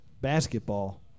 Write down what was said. Basketball